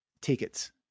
tickets